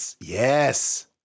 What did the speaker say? Yes